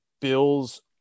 Bills